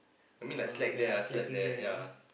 I mean like slack there ah slack there yea